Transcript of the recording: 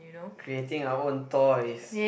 creating our own toys